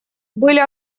были